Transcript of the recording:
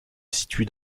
situe